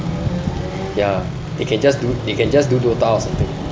ya they can just do they can just do DOTA or something